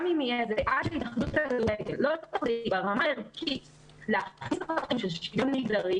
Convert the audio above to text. עד שהתאחדות כדורגל לא תבחר ברמה ערכית לייצר שינוי של שוויון מגדרי